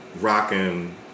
rocking